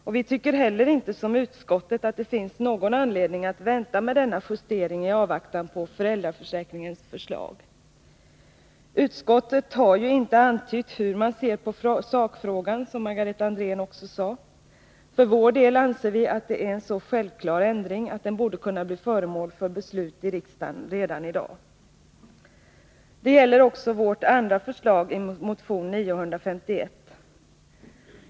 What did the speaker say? Och vi tycker inte heller som utskottet att det finns anledning att vänta med denna justering i avvaktan på föräldraförsäkringsutredningens förslag. Utskottet har ju inte antytt hur man ser på sakfrågan, vilket Margareta Andrén också sade. För vår del anser vi att det är en så självklar ändring att den borde kunna bli föremål för beslut i riksdagen redan i dag. Det gäller också vårt andra förslag i motion 951.